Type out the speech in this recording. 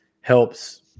helps